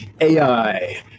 AI